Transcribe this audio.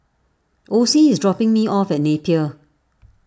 Osie is dropping me off at Napier